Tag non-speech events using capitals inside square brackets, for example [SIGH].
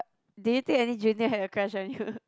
do you think any junior had a crush on you [LAUGHS]